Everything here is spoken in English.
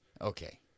Okay